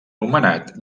nomenat